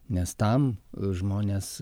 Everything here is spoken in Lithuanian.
nes tam žmonės